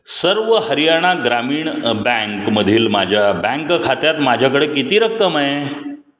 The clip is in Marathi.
सर्व हरियाणा ग्रामीण बँकमधील माझ्या बँक खात्यात माझ्याकडे किती रक्कम आहे